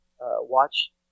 watch